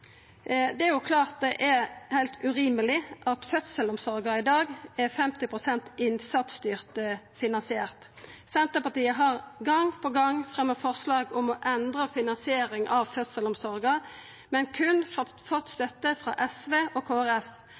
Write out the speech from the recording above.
Det er jo klart at det er heilt urimeleg at fødselsomsorga i dag er 50 pst. innsatsstyrt finansiert. Senterpartiet har gong på gong fremja forslag om å endra finansieringa av fødselsomsorga, men fått støtte frå berre SV og